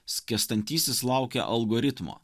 skęstantysis laukia algoritmo